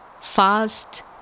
fast